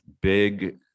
big